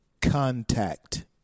contact